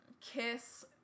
Kiss